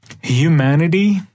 humanity